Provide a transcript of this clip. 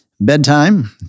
Bedtime